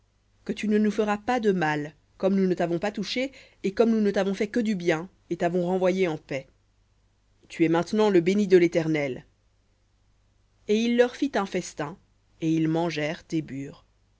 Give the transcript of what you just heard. que tu ne nous feras pas de mal comme nous ne t'avons pas touché et comme nous ne t'avons fait que du bien et t'avons renvoyé en paix tu es maintenant le béni de léternel et il leur fit un festin et ils